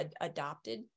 adopted